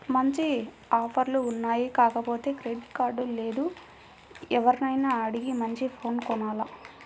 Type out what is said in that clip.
మంచి ఆఫర్లు ఉన్నాయి కాకపోతే క్రెడిట్ కార్డు లేదు, ఎవర్నైనా అడిగి మంచి ఫోను కొనాల